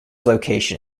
location